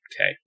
Okay